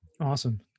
Awesome